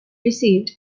received